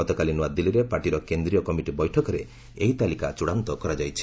ଗତକାଲି ନ୍ନଆଦିଲ୍ଲୀରେ ପାର୍ଟିର କେନ୍ଦ୍ରୀୟ କମିଟି ବୈଠକରେ ଏହି ତାଲିକା ଚଡ଼ାନ୍ତ କରାଯାଇଛି